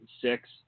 six